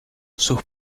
sus